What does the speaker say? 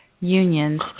unions